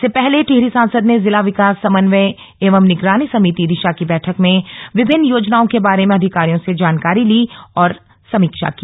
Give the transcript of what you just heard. इससे पहले टिहरी सांसद ने जिला विकास समन्वय एवं निगरानी समिति दिशा की बैठक में विभिन्न योजनाओं के बारे में अधिकारियों से जानकारी ली और मीक्षा की